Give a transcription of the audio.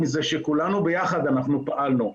מזה שכולנו ביחד אנחנו פעלנו.